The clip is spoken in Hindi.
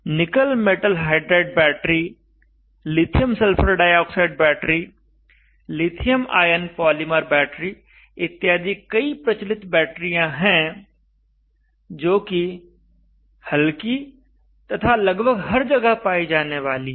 निकल metal hydride battery lithium sulphur dioxide battery lithium ion polymer battery इत्यादि कई प्रचलित बैटरियाँ हैं जो कि हल्की तथा लगभग हर जगह पाई जाने वाली हैं